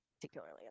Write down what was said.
particularly